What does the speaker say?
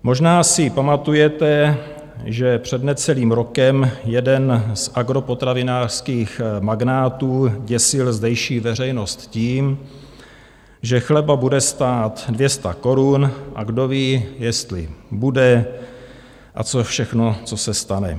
Možná si pamatujete, že před necelým rokem jeden z agropotravinářských magnátů děsil zdejší veřejnost tím, že chleba bude stát 200 korun a kdoví, jestli bude a co všechno se stane.